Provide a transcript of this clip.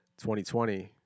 2020